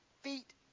feet